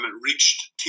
reached